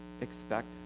expect